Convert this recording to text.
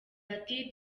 ati